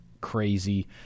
crazy